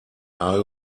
are